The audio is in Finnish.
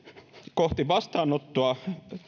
kohti vastaanottoa